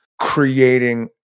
creating